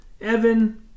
Evan